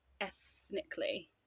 ethnically